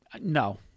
No